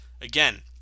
Again